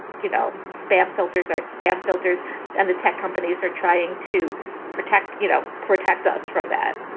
you know, spam filters are spam filters and the tech companies are trying to protect, you know, protect us from that.